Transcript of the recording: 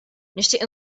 nixtieq